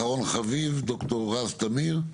אחרון חביב ד"ר רז תמיר.